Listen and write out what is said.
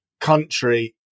country